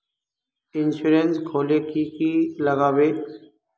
Insurance खोले की की लगाबे?